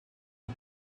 des